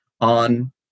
on